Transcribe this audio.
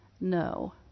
No